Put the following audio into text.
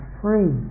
free